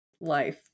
life